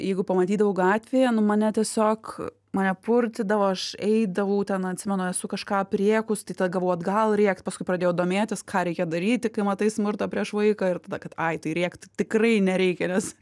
jeigu pamatydavau gatvėje nu mane tiesiog mane purtydavo aš eidavau ten atsimenu esu kažką aprėkus tai tada gavau atgal rėkt paskui pradėjau domėtis ką reikia daryti kai matai smurtą prieš vaiką ir tada kad ai tai rėkt tikrai nereikia nes